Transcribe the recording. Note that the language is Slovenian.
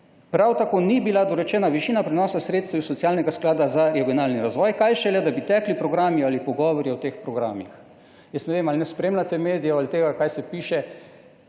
»prav tako ni bila dorečena višina prenosa sredstev iz socialnega sklada za regionalni razvoj, kaj šele, da bi tekli programi ali pogovori o teh programih.« Jaz ne vem, ali ne spremljate medijev ali tega, kaj se piše,